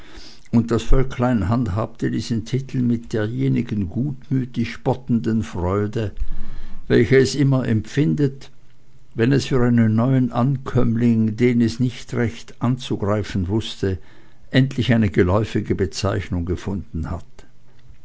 und das völklein handhabte diesen titel mit derjenigen gutmütig spottenden freude welche es immer empfindet wenn es für einen neuen ankömmling den es nicht recht anzugreifen wußte endlich eine geläufige bezeichnung gefunden hat